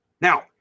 Now